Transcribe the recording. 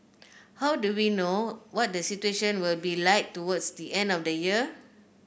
how do we know what the situation will be like towards the end of next year